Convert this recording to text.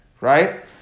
Right